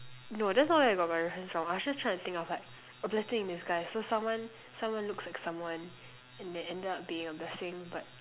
no that's not where I got from reference from I was just trying to think of like a blessing in disguise so someone someone looks like someone and they end up being a blessing but